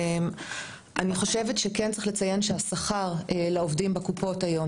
אני חושבת שכן צריך לציין שהשכר לעובדים בקופות היום,